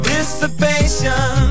Dissipation